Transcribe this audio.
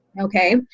Okay